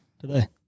today